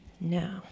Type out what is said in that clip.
Now